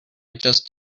just